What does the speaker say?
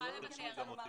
תרשמי גם אותי.